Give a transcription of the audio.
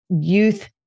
youth